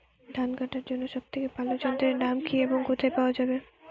ধান কাটার জন্য সব থেকে ভালো যন্ত্রের নাম কি এবং কোথায় পাওয়া যাবে?